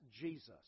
Jesus